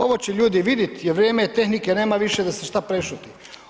Ovo će ljudi vidjeti jer vrijeme je tehnike, nema više da se što prešuti.